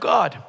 God